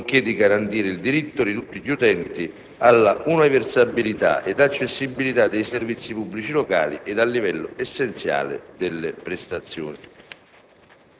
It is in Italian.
nonché di garantire il diritto di tutti gli utenti alla universalità ed accessibilità dei servizi pubblici locali ed al livello essenziale delle prestazioni"».